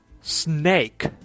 snake